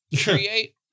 Create